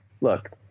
Look